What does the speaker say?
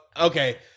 Okay